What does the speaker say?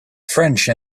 french